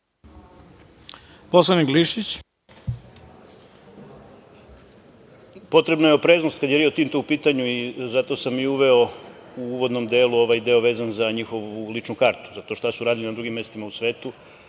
**Vladan Glišić** Potrebna je opreznost kada je „Rio Tinto“ u pitanju i zato sam i uveo u uvodnom delu ovaj deo vezan za njihovu ličnu kartu, šta su radili na drugim mestima u svetu,